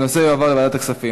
הנושא יועבר לוועדת הכספים.